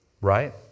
Right